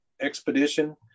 expedition